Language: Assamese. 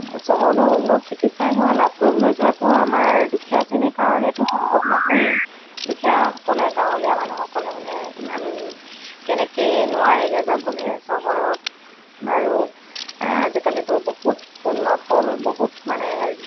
চহৰলৈ উন্নত চিকিৎসা সেৱা লাভ কৰিবলৈ যোৱাটো আমাৰ দুখীয়া শ্ৰেণীৰ কাৰণেতো সম্ভৱ নহয়েই দুখীয়াসকলে গাঁৱলীয়া মানুহসকলে মানে ইমান তেনেকেই নোৱাৰেগৈ যাবলৈ চহৰত আৰু আজিকালিতো বহুত উন্নত হ'ল বহুত মানে